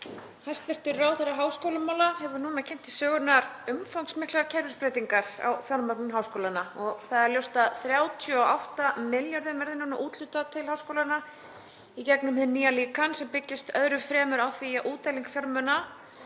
Hæstv. ráðherra háskólamála hefur núna kynnt til sögunnar umfangsmiklar kerfisbreytingar á fjármögnun háskólanna og það er ljóst að 38 milljörðum verður núna úthlutað til háskólanna í gegnum hið nýja líkan sem byggist öðru fremur á því að útdeiling fjármuna